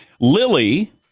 Lily